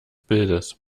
bildes